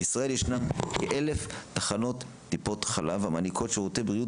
בישראל יש כ-1,000 תחנות טיפות חלב המעניקות שירותי בריאות